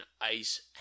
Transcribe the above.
ice